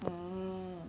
mm